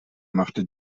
machte